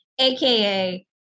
aka